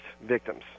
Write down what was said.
victims